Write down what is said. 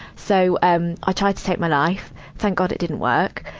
so, um, i tried to take my life thank god it didn't work.